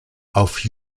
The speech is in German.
auf